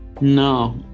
No